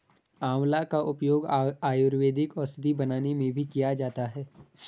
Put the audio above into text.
आंवला का उपयोग आयुर्वेदिक औषधि बनाने में भी किया जाता है